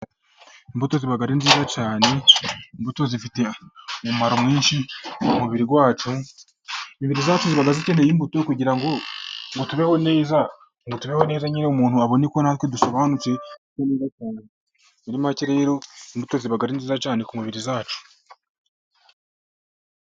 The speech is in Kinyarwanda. Imbuto ziba ari nziza cyane, imbuto zifite umumaro mwinshi mu mubiri wacu, imibiri yacu ikeneye imbuto kugira ngo tubeho, umuntu abone ko natwe dusobanutse, muri make rero imbuto ziba ari nziza cyane ku mibiri yacu.